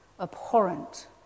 abhorrent